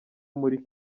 muri